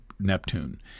Neptune